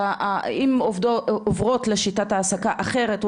שאם עוברות לשיטת העסקה אחרת,